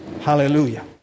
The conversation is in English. Hallelujah